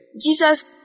Jesus